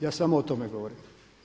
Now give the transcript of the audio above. Ja samo o tome govorim.